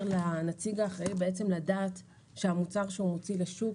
לנציג האחראי לדעת שהמוצר הוא מוציא לשוק